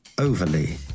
Overly